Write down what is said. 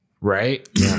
Right